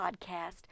podcast